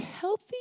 healthy